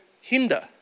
hinder